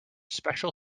special